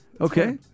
Okay